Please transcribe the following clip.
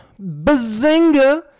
Bazinga